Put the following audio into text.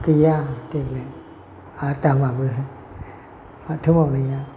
गैया देग्लाय आरो दामाबो फाथो मावनाया